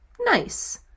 Nice